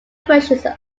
versions